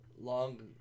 long